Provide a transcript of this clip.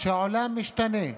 העולם משתנה.